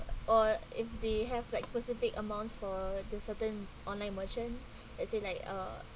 or if they have like specific amounts for the certain online merchant as in like uh